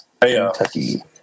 Kentucky